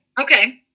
okay